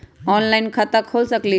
Online खाता खोल सकलीह?